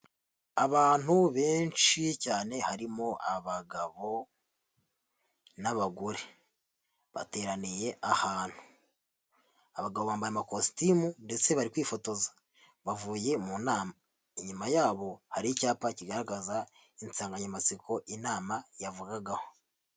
Abantu benshi cyane harimo abagabo n'abagore, bateraniye ahantu, abagabo bambaye amakositimu ndetse bari kwifotoza bavuye mu nama, inyuma yabo hari icyapa kigaragaza insanganyamatsiko inama yavugagaho.